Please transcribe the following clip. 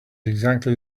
exactly